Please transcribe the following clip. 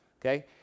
Okay